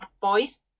Boys